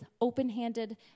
open-handed